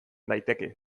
daiteke